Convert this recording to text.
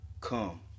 come